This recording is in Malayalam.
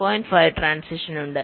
5 ട്രാന്സിഷനുണ്ട്